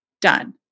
done